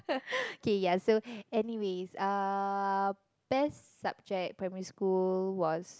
k ya so anyways uh best subject primary school was